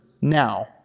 now